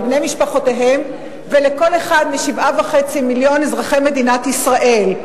לבני משפחותיהם ולכל אחד מ-7.5 מיליון אזרחי מדינת ישראל.